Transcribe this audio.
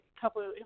couple